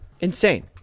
Insane